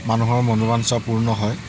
মানুহৰ মনোবাঞ্ছা পূৰ্ণ হয়